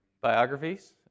biographies